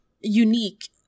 unique